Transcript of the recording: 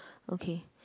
okay